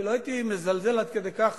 אני לא הייתי מזלזל עד כדי כך